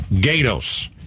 Gatos